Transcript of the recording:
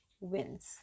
wins